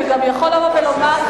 הוא גם יכול לבוא ולומר,